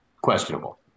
questionable